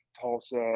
Tulsa